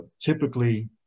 typically